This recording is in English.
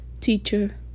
teacher